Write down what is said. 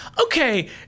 okay